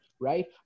right